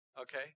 Okay